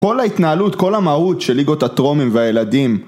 כל ההתנהלות, כל המהות של ליגות הטרומים והילדים